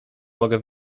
mogę